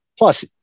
Plus